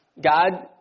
God